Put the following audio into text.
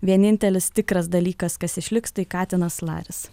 vienintelis tikras dalykas kas išliks tai katinas laris